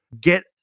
Get